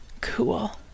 cool